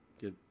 get